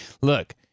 look